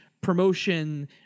promotion